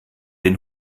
den